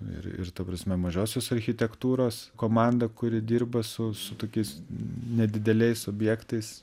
ir ir ta prasme mažosios architektūros komanda kuri dirba su su tokiais nedideliais objektais